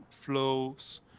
flows